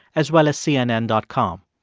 as well as cnn dot com.